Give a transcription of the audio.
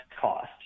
cost